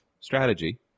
strategy